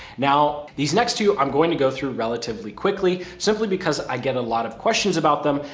now, these next two, i'm going to go through relatively quickly, simply because i get a lot of questions about them.